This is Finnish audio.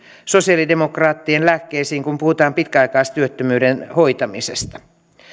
sosialidemokraattien lääkkeisiin kun puhutaan pitkäaikaistyöttömyyden hoitamisesta